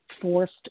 forced